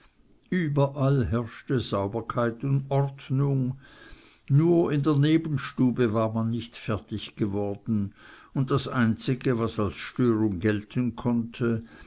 überall herrschte sauberkeit und ordnung nur in der nebenstube war man nicht fertig geworden und das einzige was als störung gelten konnte